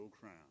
crown